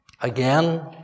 Again